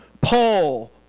Paul